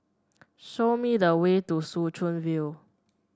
show me the way to Soo Chow View